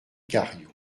cariou